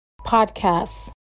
podcasts